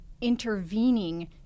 intervening